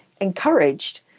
encouraged